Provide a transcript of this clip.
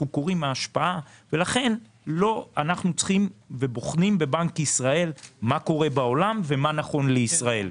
לכן אנחנו בוחנים מה קורה בעולם ומה נכון לישראל.